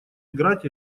играть